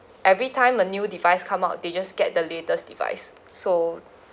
everytime a new device come out they just get the latest device so